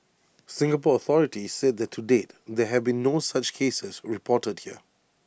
Singapore authorities said that to date there have been no such cases reported here